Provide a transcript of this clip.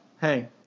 Hey